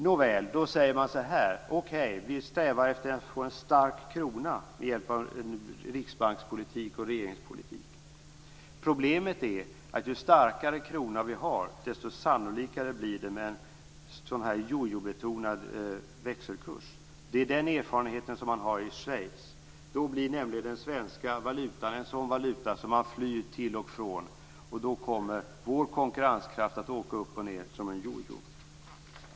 Nåväl, då säger man: Okej, vi strävar efter att få en stark krona med hjälp av riksbankspolitik och regeringspolitik. Problemet är att ju starkare krona vi har, desto mer sannolikt blir det att vi få en jojobetonad växelkurs. Det är den erfarenhet man har i Schweiz. Den svenska valutan skulle bli en valuta som man flyr till och från, och vår konkurrenskraft skulle åka upp och ned som en jojo.